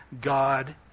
God